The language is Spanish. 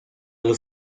los